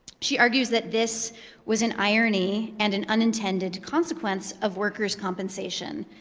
she argues that this was an irony and an unintended consequence of workers' compensation,